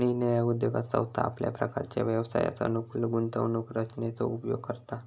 निरनिराळ्या उद्योगात संस्था आपल्या प्रकारच्या व्यवसायास अनुकूल गुंतवणूक रचनेचो उपयोग करता